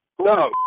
No